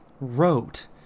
wrote